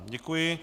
Děkuji.